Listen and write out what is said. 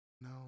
no